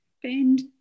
Bend